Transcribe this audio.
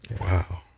wow.